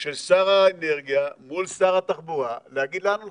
של שר האנרגיה מול שר התחבורה להגיד לאן הולכים.